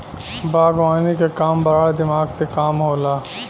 बागवानी के काम बड़ा दिमाग के काम होला